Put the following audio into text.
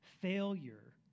failure